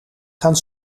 gaan